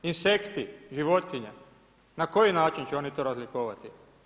Insekti, životinja, na koji način će oni to razlikovati?